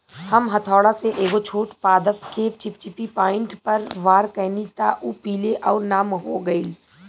हम हथौड़ा से एगो छोट पादप के चिपचिपी पॉइंट पर वार कैनी त उ पीले आउर नम हो गईल